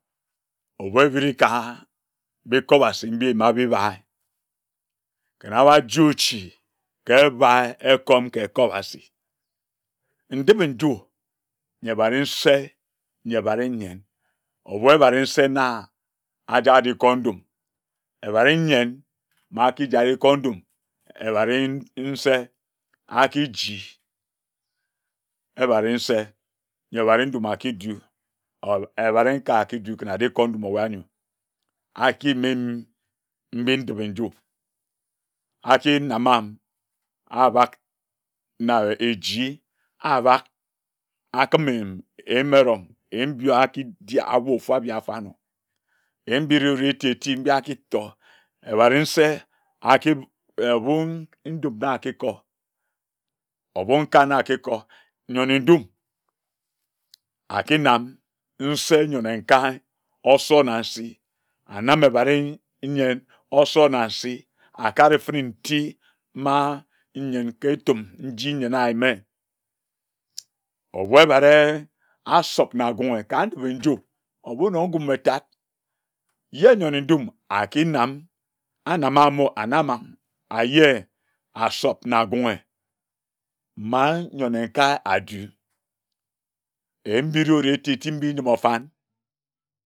Obuebiri ka ba iko abasi mbi mba bi bae ken aba ji ochi ka ebae ekoom ka iko abasi ndip-e-nju nyi ebare nse nyi ebare nyen ebu ebare nse na ajak aji ko ndum ebare nyen na akij ajikor ndum ebare nse akiji ebare nse ne ebari ndum akiji ebari nkae akiji ken ajikor ndum ebae anyi akimim mbim ndipe-nju akinam amim abak na eji abak akimem eyime eron njia akidi awor ofumbi afonor eyimbiri ewuri eti oti mbi akitor ebari nse akip ebum ndum ba akikor obor nkar na akikor nyor nne ndum akinam nse nyor nne nkae osor na nsi anam ebari nyin osor na nsi akare fene nti na nne ketim nji nyene ayime oba ebare asop na agunghi ka ndipe-nju owunom ngum etat ye nyor nne ndum akinam anama more anama aye asop na agunghe ma nyor nne nkae adu endri ore tetim mbi njum ofan